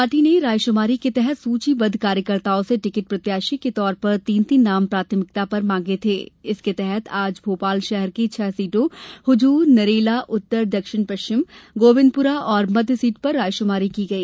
party ने रायशुमारी के तहत सूचीबद्ध कार्यकर्ताओं से टिकट प्रत्याशी के तौर पर तीन तीन नाम प्राथमिकता पर मांगे थे इसके तहत आज भोपाल शहर की छह सीटों हुजूर नरेला उत्तर दक्षिण पश्चिम गोविंदपुरा और मध्य सीट पर रायशुमारी की गई